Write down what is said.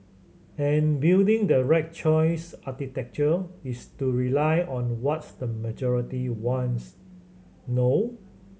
and building the right choice architecture is to rely on what the majority wants no